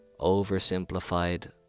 oversimplified